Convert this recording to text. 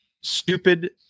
stupid